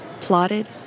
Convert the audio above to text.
Plotted